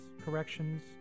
corrections